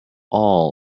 all